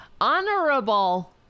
Honorable